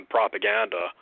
propaganda